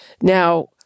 Now